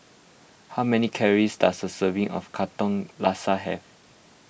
how many calories does a serving of Katong Laksa have